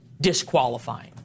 Disqualifying